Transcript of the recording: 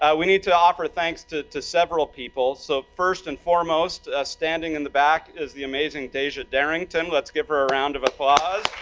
ah we need to offer thanks to to several people. so first and foremost, foremost, standing in the back is the amazing deja darrington, let's give her a round of applause.